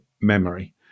memory